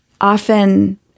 often